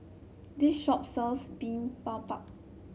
this shop sells Bimbabap